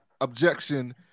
objection